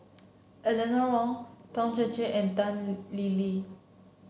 Eleanor Wong Teo Chee Hean and Tan Lee Leng